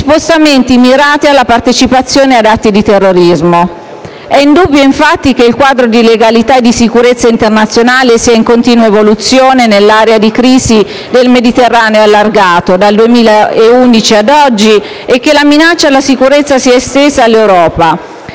spostamenti mirati alla partecipazione ad atti di terrorismo. È indubbio infatti che il quadro di legalità e di sicurezza internazionale sia in continua evoluzione nell'area di crisi del Mediterraneo allargato dal 2011 ad oggi e che la minaccia alla sicurezza sia estesa all'Europa.